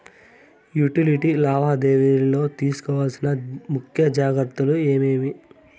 Utility లావాదేవీల లో తీసుకోవాల్సిన ముఖ్య జాగ్రత్తలు ఏమేమి?